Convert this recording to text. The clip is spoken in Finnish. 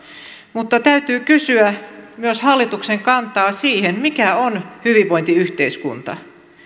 mutta täytyy kysyä myös hallituksen kantaa siihen mikä on hyvinvointiyhteiskunta